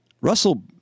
Russell